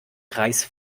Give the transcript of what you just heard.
kreis